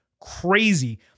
crazy